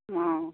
অঁ